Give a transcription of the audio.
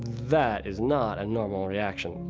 that is not a normal reaction,